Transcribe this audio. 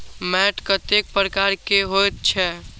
मैंट कतेक प्रकार के होयत छै?